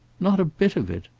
not a bit of it.